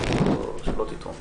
אל תיטעו.